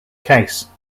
case